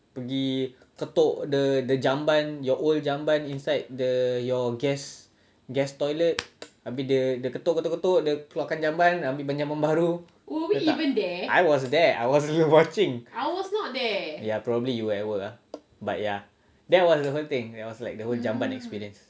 pergi ketuk the jamban your old jamban inside your guest toilet the habis dia dia ketuk ketuk ketuk dia keluarkan jamban ambil jamban baru dia letak I was there I was watching ya probably you were at work but ya that was the whole thing that was like the whole jamban experience